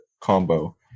combo